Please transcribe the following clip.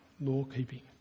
law-keeping